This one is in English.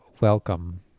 Welcome